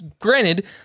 Granted